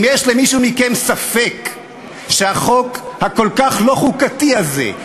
אם יש למישהו מכם ספק שהחוק הכל-כך לא חוקתי הזה,